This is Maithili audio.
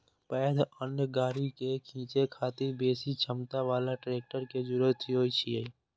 पैघ अन्न गाड़ी कें खींचै खातिर बेसी क्षमता बला ट्रैक्टर के जरूरत होइ छै